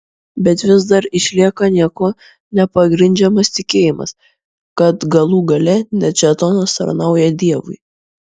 bet vis dar išlieka niekuo nepagrindžiamas tikėjimas kad galų gale net šėtonas tarnauja dievui